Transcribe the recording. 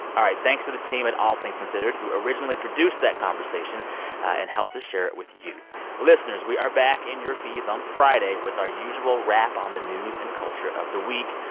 all right. thanks to the team at all things considered, who originally produced that conversation and helped to share it with you listeners, we are back in your feeds on friday with our usual wrap on the news and culture of the week.